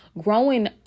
growing